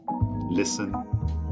listen